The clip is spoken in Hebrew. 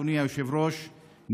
אדוני היושב-ראש,